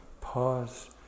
pause